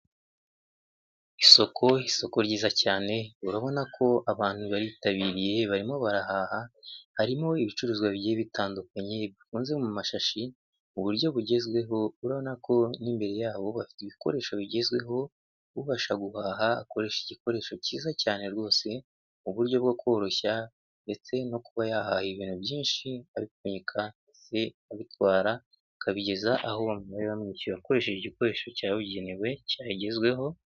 Isoko; isoko ryiza cyane urabona ko abantu baritabiriye barimo barahaha, harimo ibicuruzwa bigiye bitandukanye bifunze mu mashashi mu buryo bugezweho, ubona ko n'imbere yaho bafite ibikoresho bigezweho ubasha guhaha akoresha igikoresho cyiza cyane rwose; mu buryo bwo koroshya ndetse no kuba yaha ibintu byinshi, abipfunyika, ndetse abitwara akabigeza aho yerekeje akoresheje igikoresho cyabugenewe cyagezweho.